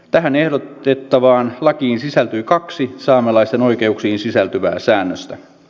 tähän ehdotettavaan lakiin sisältyy kaksi saamelaisten oikeuksiin sisältyvää säännöstä